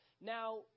now